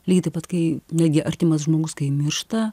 lygiai taip pat kai netgi artimas žmogus kai miršta